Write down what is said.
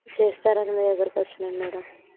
చేస్తారు అని మీ దగ్గరికి వచ్చాము మేడం